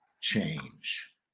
change